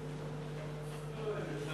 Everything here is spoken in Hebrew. נגד, לא להעלות את